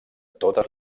totes